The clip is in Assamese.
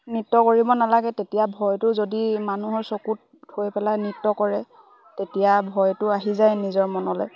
নৃত্য কৰিব নালাগে তেতিয়া ভয়টো যদি মানুহৰ চকুত থৈ পেলাই নৃত্য কৰে তেতিয়া ভয়টো আহি যায় নিজৰ মনলৈ